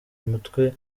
mutwe